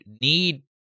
need